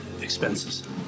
expenses